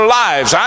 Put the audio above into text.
lives